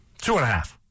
Two-and-a-half